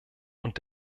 und